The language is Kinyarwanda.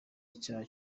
icyaha